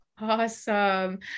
Awesome